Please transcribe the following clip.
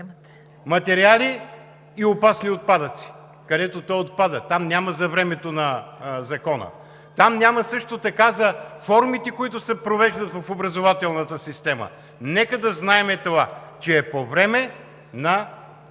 материали и опасни отпадъци, където той отпада – там няма за времето на Закона, там също така няма за формите, които се провеждат в образователната система, нека да знаем, че това е по време на